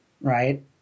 right